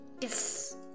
Yes